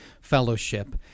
fellowship